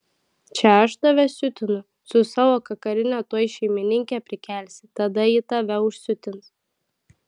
čia aš tave siutinu su savo kakarine tuoj šeimininkę prikelsi tada ji tave užsiutins